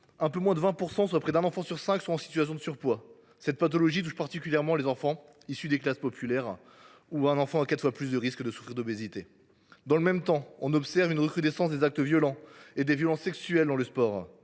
un peu de moins de 20 %, soit près d’un enfant sur cinq, sont en situation de surpoids. Cette pathologie touche particulièrement les enfants issus des classes populaires, où un enfant a quatre fois plus de risques de souffrir d’obésité. Dans le même temps, on observe une recrudescence des actes violents et des violences sexuelles dans le sport.